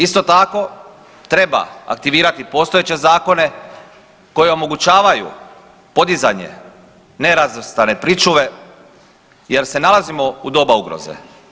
Isto tako, treba aktivirati postojeće zakone koji omogućavaju podizanje nerazvrstane pričuve jer se nalazimo u doba ugroze.